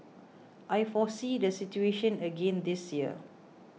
I foresee the situation again this year